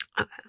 Okay